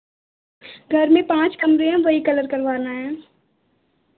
घर में पाँच कमरे हैं वही कलर करवाना है